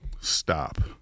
stop